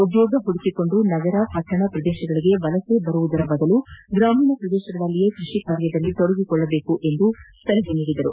ಉದ್ಯೋಗ ಹುಡುಕಿಕೊಂಡು ನಗರ ಪಟ್ಟಣ ಪ್ರದೇಶಗಳಿಗೆ ವಲಸೆ ಬರುವುದರ ಬದಲು ಗ್ರಾಮೀಣ ಪ್ರದೇಶಗಳಲ್ಲಿಯೇ ಕೃಷಿ ಕಾರ್ಯದಲ್ಲಿ ತೊಡಗಿಕೊಳ್ಳದೇಕು ಎಂದು ಸಲಹೆ ನೀಡಿದರು